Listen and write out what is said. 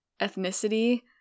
ethnicity